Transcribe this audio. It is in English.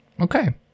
Okay